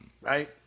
right